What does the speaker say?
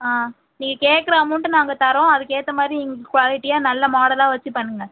ஆ நீங்கள் கேட்கற அமௌன்ட் நாங்கள் தரோம் அதுக்கேற்ற மாதிரி நீங்கள் குவாலிட்டியாக நல்ல மாடலாக வச்சி பண்ணுங்கள்